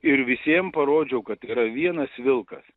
ir visiem parodžiau kad yra vienas vilkas